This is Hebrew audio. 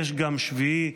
יש גם שביעי,